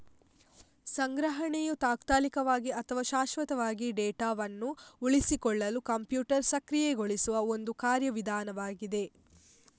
ಸಂಗ್ರಹಣೆಯು ತಾತ್ಕಾಲಿಕವಾಗಿ ಅಥವಾ ಶಾಶ್ವತವಾಗಿ ಡೇಟಾವನ್ನು ಉಳಿಸಿಕೊಳ್ಳಲು ಕಂಪ್ಯೂಟರ್ ಸಕ್ರಿಯಗೊಳಿಸುವ ಒಂದು ಕಾರ್ಯ ವಿಧಾನವಾಗಿದೆ